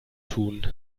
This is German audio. tun